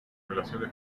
relaciones